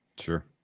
sure